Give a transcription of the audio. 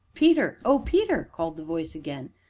peter oh, peter! called the voice again,